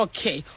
Okay